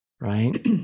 right